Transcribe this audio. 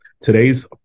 Today's